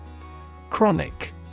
Chronic